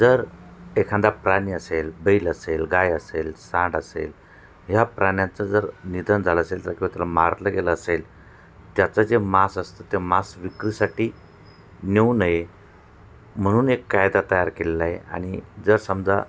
जर एखादा प्राणी असेल बैल असेल गाय असेल सांड असेल ह्या प्राण्यांचं जर निधन झालं असेल तर किंवा त्याला मारलं गेलं असेल त्याचं जे मास असतं ते मास विक्रीसाठी नेऊ नये म्हणून एक कायदा तयार केलेला आहे आणि जर समजा